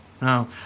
No